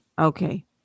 Okay